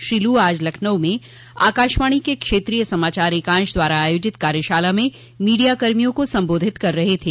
श्री लू आज लखनऊ में आकाशवाणी के क्षेत्रीय समाचार एकांश द्वारा आयोजित कार्यशाला में मीडियाकर्मियों को संबोधित कर रहे थे